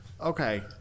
Okay